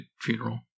funeral